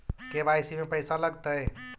KYC में पैसा लगतै?